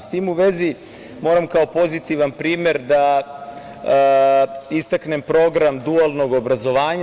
S tim u vezi, moram kao pozitivan primer da istaknem program dualnog obrazovanja.